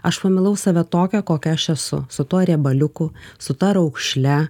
aš pamilau save tokią kokia aš esu su tuo riebaliuku su ta raukšle